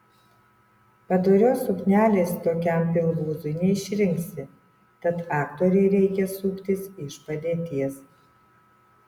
padorios suknelės tokiam pilvūzui neišrinksi tad aktorei reikia suktis iš padėties